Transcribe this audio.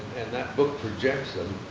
and that book projects them,